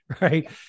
right